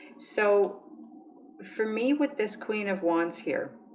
so for me with this queen of wands here.